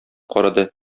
карады